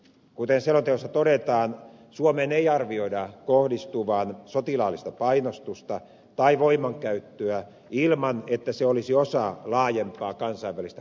kuten selonteossa todetaan suomeen ei arvioida kohdistuvan sotilaallista painostusta tai voimankäyttöä ilman että se olisi osa laajempaa kansainvälistä konfliktia